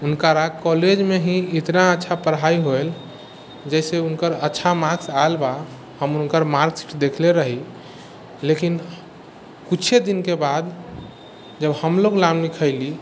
हुनकरा कॉलेजमे ही एतना अच्छा पढ़ाइ होइल जइसे हुनकर अच्छा मार्क्स आएलबा हम हुनकर मार्क्स देखले रही लेकिन किछुए दिनके बाद जब हमलोग नाम लिखैली